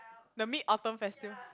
the Mid Autumn festive